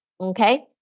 okay